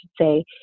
say